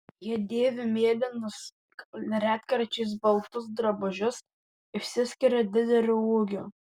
jie dėvi mėlynus retkarčiais baltus drabužius išsiskiria dideliu ūgiu